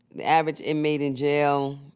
the average inmate in jail,